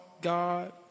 God